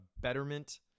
Betterment